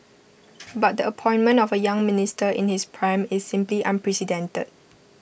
but the appointment of A young minister in his prime is simply unprecedented